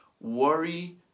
worry